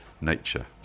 nature